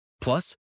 Plus